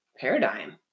paradigm